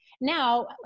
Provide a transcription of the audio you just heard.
now